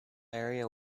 area